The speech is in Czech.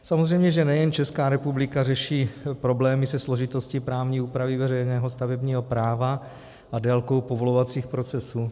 Samozřejmě že nejen Česká republika řeší problémy se složitostí právní úpravy veřejného stavebního práva a délkou povolovacích procesů.